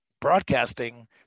broadcasting